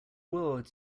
world